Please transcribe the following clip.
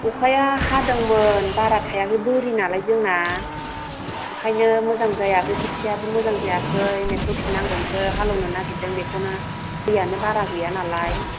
अखाया हादोंमोन बारा थायाखै बोरिनालाय जोंना ओंखायनो मोजां जाया बे खोथियायाबो मोजां जायाखै नेथ'फिननांगोनसो हाल एवनो नागिरदों बेखौनो दैआनो बारा गैया नालाय